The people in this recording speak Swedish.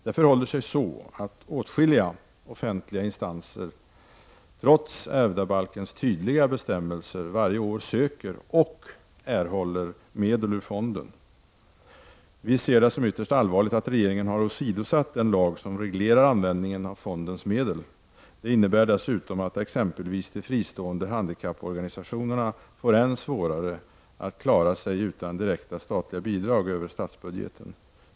Det förhåller sig så att åtskilliga instanser — trots ärvdabalkens tydliga bestämmelser — varje år söker och erhåller medel ur fonden. Vi ser det som ytterst allvarligt att regeringen har åsidosatt den lag som reglerar användningen av fondens medel. Det innebär dessutom att t.ex. de fristående handikapporganisationerna får än svårare att klara sig utan direkta statliga bidrag över statsbudgeten.